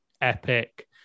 epic